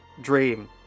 dream